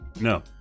No